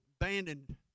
abandoned